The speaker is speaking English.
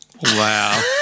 Wow